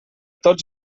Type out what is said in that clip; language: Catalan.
tots